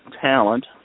talent